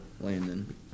Landon